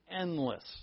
endless